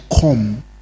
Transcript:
come